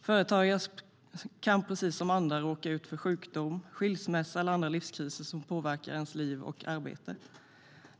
Företagare kan precis som andra råka ut för sjukdom, skilsmässa eller andra livskriser som påverkar deras liv och arbete.